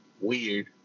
weird